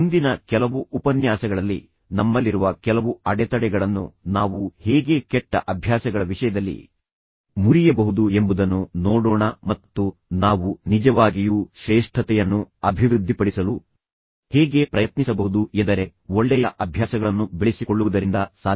ಮುಂದಿನ ಕೆಲವು ಉಪನ್ಯಾಸಗಳಲ್ಲಿ ನಮ್ಮಲ್ಲಿರುವ ಕೆಲವು ಅಡೆತಡೆಗಳನ್ನು ನಾವು ಹೇಗೆ ಕೆಟ್ಟ ಅಭ್ಯಾಸಗಳ ವಿಷಯದಲ್ಲಿ ಮುರಿಯಬಹುದು ಎಂಬುದನ್ನು ನೋಡೋಣ ಮತ್ತು ನಾವು ನಿಜವಾಗಿಯೂ ಶ್ರೇಷ್ಠತೆಯನ್ನು ಅಭಿವೃದ್ಧಿಪಡಿಸಲು ಹೇಗೆ ಪ್ರಯತ್ನಿಸಬಹುದು ಎಂದರೆ ಒಳ್ಳೆಯ ಅಭ್ಯಾಸಗಳನ್ನು ಬೆಳೆಸಿಕೊಳ್ಳುವುದರಿಂದ ಸಾಧ್ಯವಿದೆ